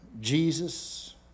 Jesus